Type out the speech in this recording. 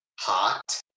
hot